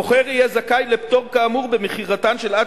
מוכר יהיה זכאי לפטור כאמור במכירתן של עד